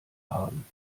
haben